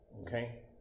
Okay